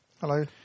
Hello